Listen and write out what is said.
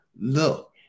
look